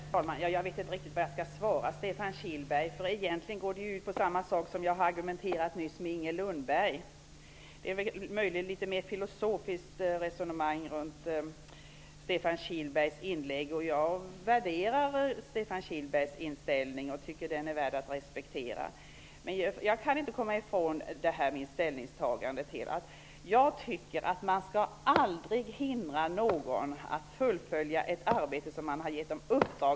Herr talman! Jag vet inte riktigt vad jag skall svara, Stefan Kihlberg. Egentligen går ju detta ut på samma sak som det som jag argumenterade om nyss i replikväxlingen med Inger Lundberg. Möjligen är det ett litet mera filosofiskt resonemang i Stefan Kihlbergs inlägg. Jag värderar Stefan Kihlbergs inställning och tycker att den är värd att respekteras. Men jag kan inte frångå det ställningstagande som jag har gjort. Jag tycker att man aldrig skall hindra någon att fullfölja ett arbete som man har uppdragit skall utföras.